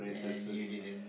and you didnt'